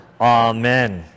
Amen